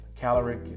caloric